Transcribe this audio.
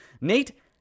Nate